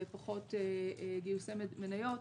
פחות גיוסי מניות,